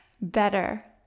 better